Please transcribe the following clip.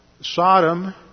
Sodom